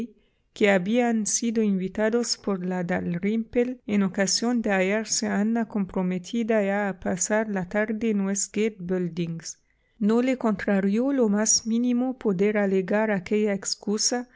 que habían sido invitados por la dalrymple en ocasión de hallarse ana comprometida ya a pasar la tarde en westgate buildings no le contrarió lo más mínimo poder alegar aquella excusa